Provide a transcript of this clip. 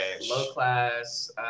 low-class